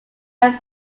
red